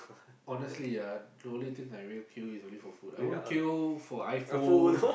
honestly ah the only thing I will queue is only for food I won't queue for iPhone